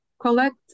collect